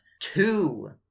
two